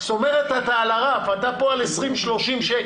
זאת אומרת אתה על הרף, אתה פה על 30-20 שקל.